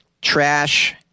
trash